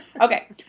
Okay